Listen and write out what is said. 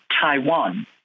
Taiwan